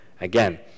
again